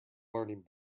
learning